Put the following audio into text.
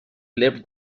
left